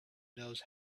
knows